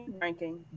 ranking